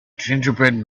gingerbread